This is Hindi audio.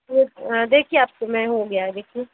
तो देखिए आपके में हो गया है देखिए